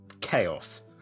chaos